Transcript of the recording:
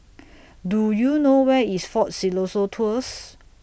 Do YOU know Where IS Fort Siloso Tours